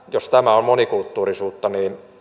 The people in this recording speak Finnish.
jos tämä on monikulttuurisuutta